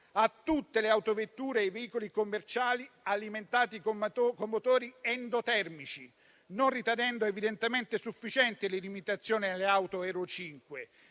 a tutte le autovetture e ai veicoli commerciali alimentati con motori endotermici, non ritenendo evidentemente sufficienti le limitazioni alle auto Euro 5: